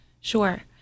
Sure